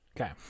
Okay